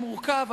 המורכב,